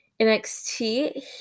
NXT